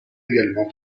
également